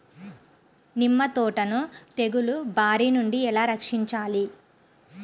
నిమ్మ తోటను తెగులు బారి నుండి ఎలా రక్షించాలి?